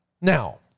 Now